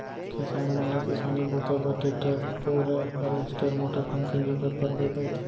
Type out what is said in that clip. किसान मन ल किसानी बूता बर टेक्टर, बोरए हारवेस्टर मोटर पंप के जरूरत परबे करथे